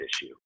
issue